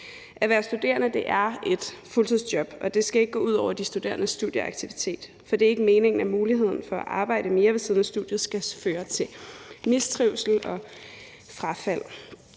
At være studerende er et fuldtidsjob, og det skal ikke gå ud over de studerendes studieaktivitet, for det er ikke meningen, at muligheden for at arbejde mere ved siden af studiet skal føre til mistrivsel og frafald,